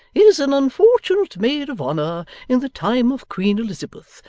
is an unfortunate maid of honour in the time of queen elizabeth,